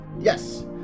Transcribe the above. yes